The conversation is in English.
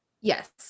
Yes